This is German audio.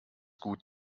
gut